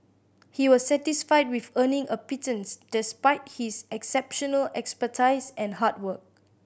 he was satisfied with earning a pittance despite his exceptional expertise and hard work